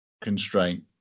constraint